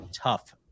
tough